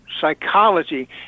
psychology